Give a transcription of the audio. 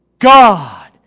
God